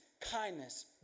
kindness